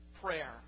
prayer